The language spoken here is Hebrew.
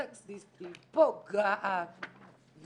סקסיסטית, פוגעת.